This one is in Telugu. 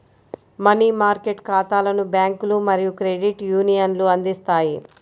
మనీ మార్కెట్ ఖాతాలను బ్యాంకులు మరియు క్రెడిట్ యూనియన్లు అందిస్తాయి